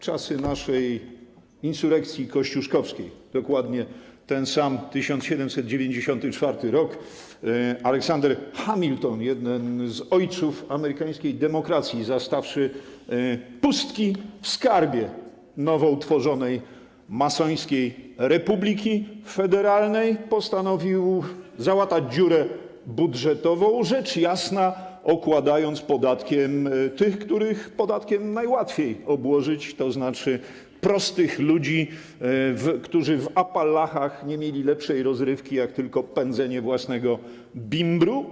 Czasy naszej insurekcji kościuszkowskiej, dokładnie ten sam 1794 r. Alexander Hamilton, jeden z ojców amerykańskiej demokracji, zastawszy pustki w skarbie nowo utworzonej masońskiej republiki federalnej, postanowił załatać dziurę budżetową, rzecz jasna okładając podatkiem tych, których podatkiem najłatwiej obłożyć, tzn. prostych ludzi, którzy w Appalachach nie mieli lepszej rozrywki niż pędzenie własnego bimbru.